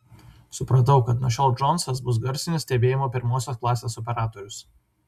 supratau kad nuo šiol džonsas bus garsinio stebėjimo pirmosios klasės operatorius